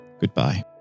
goodbye